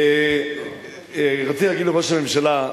רציתי להגיד לראש הממשלה,